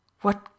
What